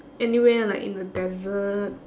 anywhere like in the desert